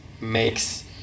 makes